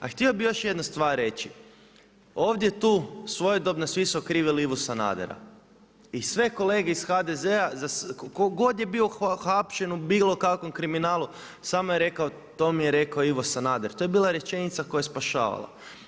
A htio bi još jednu stvar reći, ovdje tu, svojedobno, svi su okrivili Ivu Sanadera i sve kolege iz HDZ-a, tko god je bio hapšen u bilo kakvom kriminalu, samo je rekao, to mi je rekao Ivo Sanader, to je bila rečenica koja je spašavala.